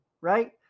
right